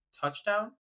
touchdown